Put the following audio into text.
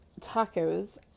tacos